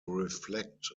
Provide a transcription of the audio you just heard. reflect